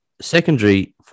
secondary